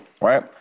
right